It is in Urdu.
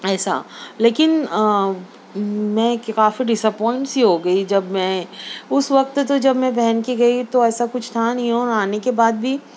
ایسا لیکن میں کافی ڈس اپوئنٹ سی ہوگئی جب میں اس وقت تو جب میں پہن کے گئی تو ایسا کچھ تھا نہیں اور آنے کے بعد بھی